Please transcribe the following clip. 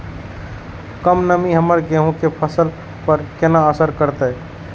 कम नमी हमर गेहूँ के फसल पर केना असर करतय?